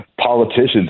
Politicians